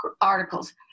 articles